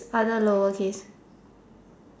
other lower case